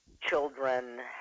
children